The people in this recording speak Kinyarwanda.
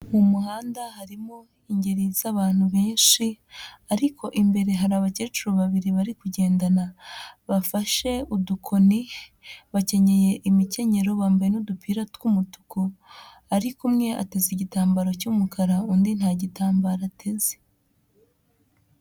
Mu muhanda harimo ingeri z'abantu benshi ariko imbere hari abakecuru babiri bari kugendana bafashe udukoni, bakenyeye imikenyero bambaye n'udupira tw'umutuku ariko umwe ateza igitambaro cy'umukara undi nta gitambararo ateze.